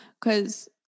Cause